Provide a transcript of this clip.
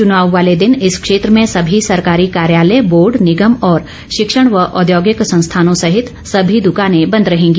चुनाव वाले दिन इस क्षेत्र में सभी सरकारी कार्यालय बोर्ड निगम और शिक्षण व औद्योगिक संस्थानों सहित सभी दुकाने बंद रहेगी